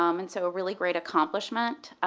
um and so really great accomplishment.